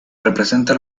representa